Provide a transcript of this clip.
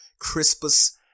Crispus